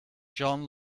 john